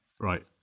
Right